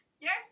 Yes